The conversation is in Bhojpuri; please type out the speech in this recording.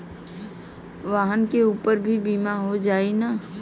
वाहन के ऊपर भी बीमा हो जाई की ना?